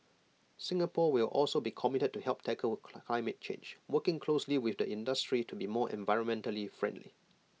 Singapore will also be committed to helping tackle climate change working closely with the industry to be more environmentally friendly